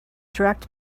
direct